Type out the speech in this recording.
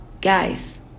guys